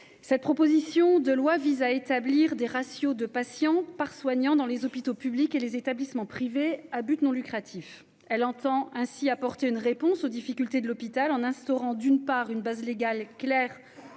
cette proposition de loi vise à établir des ratios de patients par soignant dans les hôpitaux publics et les établissements privés à but non lucratif. Elle entend ainsi apporter une réponse aux difficultés de l'hôpital en instaurant, d'une part, une base légale claire